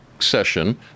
Session